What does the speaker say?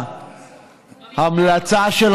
בבקשה לא.